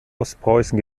ostpreußen